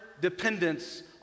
dependence